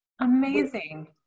amazing